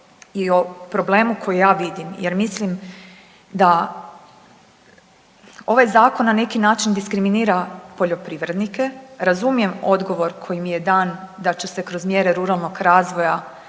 i o problemu koji ja vidim, jer mislim da ovaj zakon na neki način diskriminira poljoprivrednike. Razumijem odgovor koji mi je dan da će se kroz mjere ruralnog razvoja